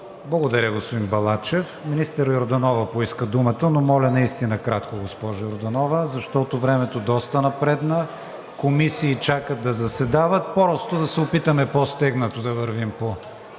Благодаря, господин Балачев. Министър Йорданова поиска думата, но моля наистина кратко, госпожо Йорданова, защото времето доста напредна. Комисии чакат да заседават. Просто да се опитаме по-стегнато да вървим.